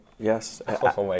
Yes